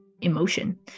emotion